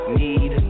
need